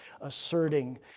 asserting